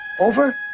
Over